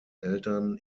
eltern